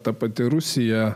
ta pati rusija